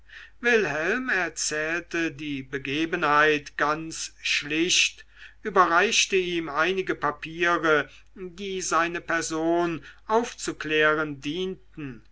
wilhelm erzählte die begebenheit ganz schlicht überreichte ihm einige papiere die seine person aufzuklären dienten